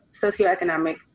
socioeconomic